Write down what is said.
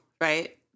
right